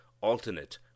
alternate